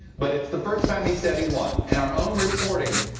but it's the first time he said he won. and our own reporting,